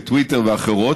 לטוויטר ולאחרות.